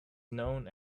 known